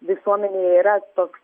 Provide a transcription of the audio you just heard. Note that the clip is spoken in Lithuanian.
visuomenėje yra toks